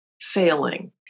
failing